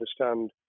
understand